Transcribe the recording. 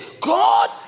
God